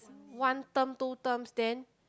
one term two terms then